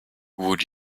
would